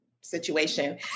situation